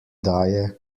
daje